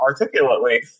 articulately